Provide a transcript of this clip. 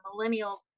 millennial